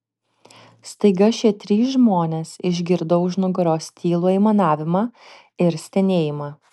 staiga šie trys žmonės išgirdo už nugaros tylų aimanavimą ir stenėjimą